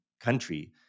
country